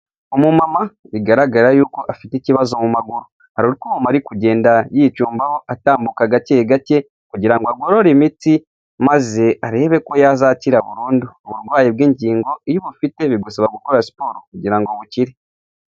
Umumama bigaragara yuko afite ikibazo mu maguru hari utwuma, ari kugenda yicumbaho atambuka gake gake kugira ngo agorore imitsi, maze arebe ko yazakira burundu, uburwayi bw'ingingo iyo ubufite bigusaba gukora siporo kugira ngo bukire.